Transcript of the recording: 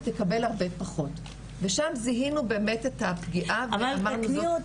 היא תקבל הרבה פחות ושם באמת זיהינו את הפגיעה ואמרנו זאת פגיעה.